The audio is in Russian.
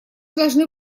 должны